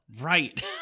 right